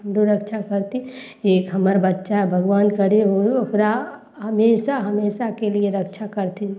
हमरो रक्षा करथिन एक हमर बच्चा भगवान करय ओ ओकरा हमेशा हमेशा के लिए रक्षा करथिन